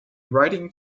riding